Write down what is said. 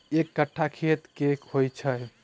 एक कट्ठा खेत की होइ छै?